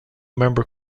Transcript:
member